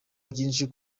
byinshi